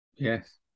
Yes